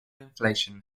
inflation